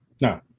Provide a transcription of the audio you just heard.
No